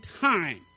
time